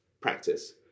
practice